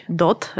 dot